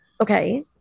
Okay